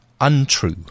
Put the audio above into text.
untrue